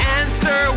answer